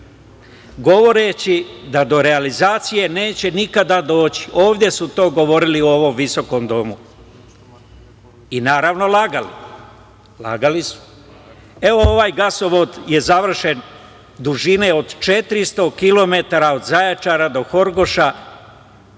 govoreći da do realizacije neće nikada doći. Ovde su to govorili u ovom visokom domu i naravno lagali. Lagali su. Evo, ovaj gasovod je završen, dužine od 400 kilometara od Zaječara do Horgoša